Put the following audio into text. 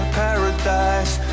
paradise